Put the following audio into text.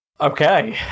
Okay